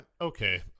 okay